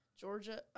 Georgia